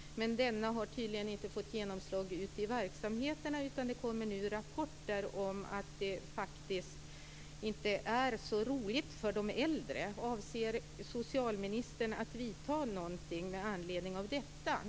Men denna har tydligen inte fått genomslag ute i verksamheterna, utan det kommer nu rapporter om att det faktiskt inte är så roligt för de äldre. Avser socialministern att vidta några åtgärder med anledning av detta?